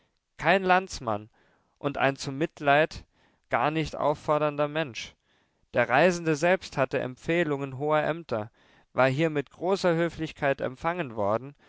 kein landsmann und ein zum mitleid gar nicht auffordernder mensch der reisende selbst hatte empfehlungen hoher ämter war hier mit großer höflichkeit empfangen worden